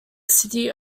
city